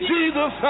Jesus